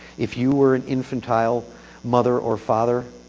if you were an infantile mother or father,